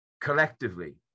collectively